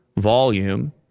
volume